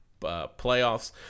playoffs